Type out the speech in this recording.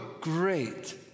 great